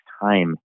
time